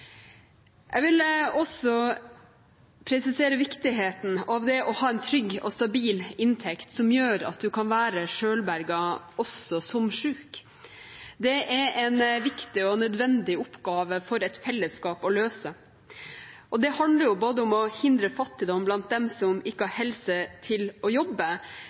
Jeg vil også presisere viktigheten av det å ha en trygg og stabil inntekt som gjør at du kan være selvberget også som syk. Det er en viktig og nødvendig oppgave for et fellesskap å løse. Det handler om å hindre fattigdom blant dem som ikke har helse til å jobbe.